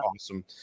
awesome